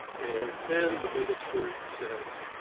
and then the minister says